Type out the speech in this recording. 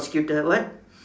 prosecutor what